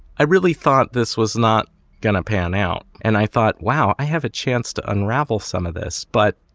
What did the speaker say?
i really thought this was not gonna pan out. and i thought, wow, i have a chance to unravel some of this. but,